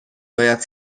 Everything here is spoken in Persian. باید